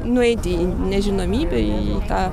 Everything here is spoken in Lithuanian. nueiti į nežinomybę į tą